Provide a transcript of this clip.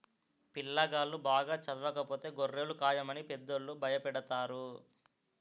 పిల్లాగాళ్ళు బాగా చదవకపోతే గొర్రెలు కాయమని పెద్దోళ్ళు భయపెడతారు